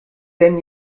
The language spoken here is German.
denn